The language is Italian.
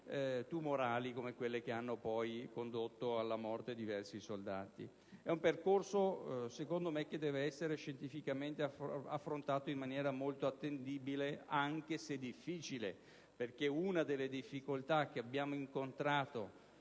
di un percorso che, a mio parere, deve essere scientificamente affrontato in maniera molto attendibile, anche se è complesso. Una delle difficoltà che abbiamo incontrato